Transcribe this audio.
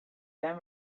then